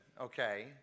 okay